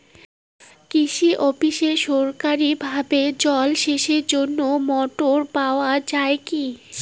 কৃষি অফিসে সরকারিভাবে জল সেচের জন্য মোটর পাওয়া যায় কি?